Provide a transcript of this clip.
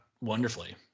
wonderfully